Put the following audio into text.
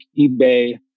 eBay